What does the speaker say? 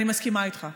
אני מסכימה איתך.